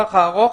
לטווח הארוך.